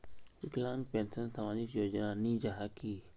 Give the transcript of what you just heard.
विकलांग पेंशन सामाजिक योजना नी जाहा की?